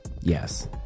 Yes